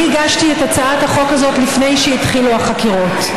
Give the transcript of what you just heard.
אני הגשתי את הצעת החוק הזאת לפני שהתחילו החקירות.